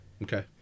Okay